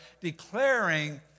declaring